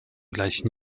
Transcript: gleichen